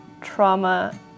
trauma